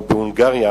או בהונגריה,